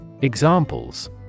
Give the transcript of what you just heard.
Examples